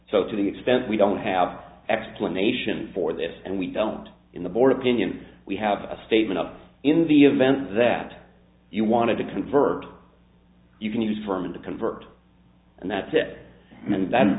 so to the extent we don't have explanation for this and we don't in the board opinion we have a statement up in the event that you wanted to convert you can use for me to convert and that's it and then